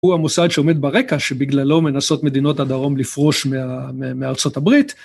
הוא המוסד שעומד ברקע שבגללו מנסות מדינות הדרום לפרוש מארצות הברית.